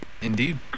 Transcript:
Indeed